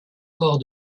corps